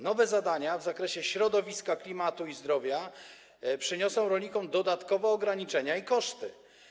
Nowe zadania w zakresie środowiska, klimatu i zdrowia przyniosą rolnikom dodatkowe ograniczenia i koszty.